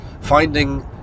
finding